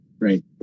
right